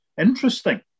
Interesting